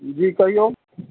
जी कहियौ